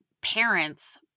parents